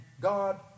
God